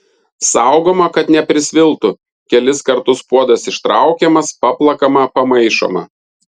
saugoma kad neprisviltų kelis kartus puodas ištraukiamas paplakama pamaišoma